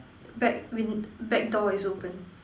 back win~ back door is open